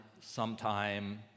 sometime